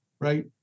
right